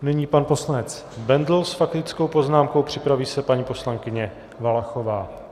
Nyní pan poslanec Bendl s faktickou poznámkou, připraví se paní poslankyně Valachová.